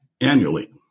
annually